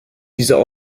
dieser